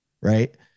right